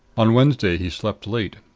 on wednesday he slept late.